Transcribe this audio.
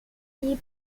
lee